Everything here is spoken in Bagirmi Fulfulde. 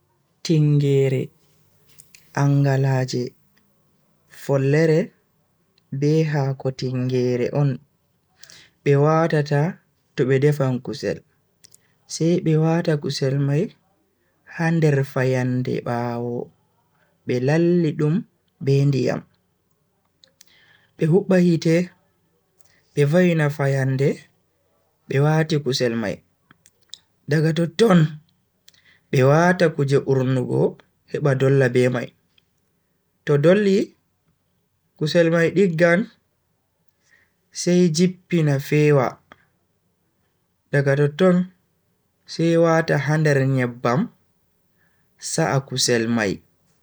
Tingeere, angalaaje, follere be hako tingeere on be watata to be defan kusel sai be wata kusel mai ha nder fayande bawo be lalli dum be ndiyam, be hubba hite be va'ina fayande be wati kusel mai, daga totton be wata kuje urnugo heba dolla be mai. to dolli kusel mai diggan sai jippina fewta, daga totton sai wata ha nder nyebbam sa'a kusel mai.